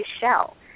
shell